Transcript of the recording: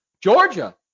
Georgia